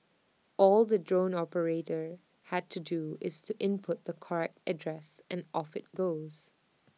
all the drone operator has to do is to input the correct address and off IT goes